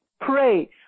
pray